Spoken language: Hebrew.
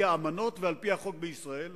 האמנות הבין-לאומיות ועל-פי החוק בישראל.